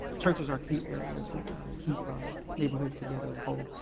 churches are key area to keep um neighborhoods together and whole.